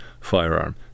firearm